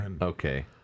Okay